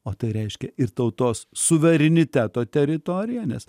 o tai reiškia ir tautos suvereniteto teritoriją nes